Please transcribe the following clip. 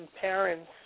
parents